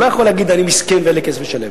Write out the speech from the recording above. הוא לא יכול להגיד: אני מסכן ואין לי כסף לשלם.